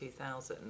2000